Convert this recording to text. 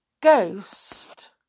ghost